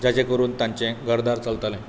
जाचे करून तांचें घर दार चलतलें